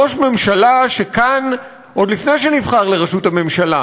ראש ממשלה שכאן, עוד לפני שנבחר לראשות הממשלה,